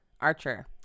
Archer